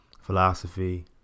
Philosophy